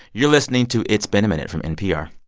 you're listening to it's been a minute from npr